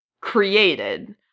created